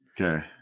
Okay